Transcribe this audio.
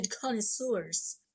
connoisseurs